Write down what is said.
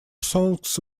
songs